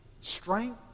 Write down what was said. strength